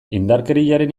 indarkeriaren